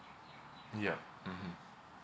yup mmhmm